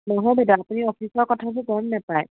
নহয় বাইদেউ আপুনি অফিচৰ কথাবোৰ গম নাপায়